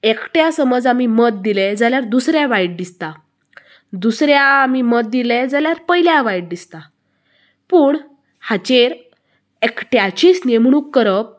एकट्या समज आमी मत दिले जाल्यार दूसऱ्या वायट दिसता दुसऱ्या आमी मत दिले जाल्यार पयल्या वायट दिसता पूण हाचेर एकट्याचीच नेमणूक करप